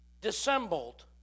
dissembled